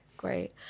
great